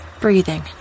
Breathing